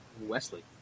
Wesley